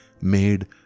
made